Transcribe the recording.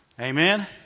Amen